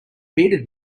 bearded